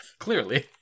clearly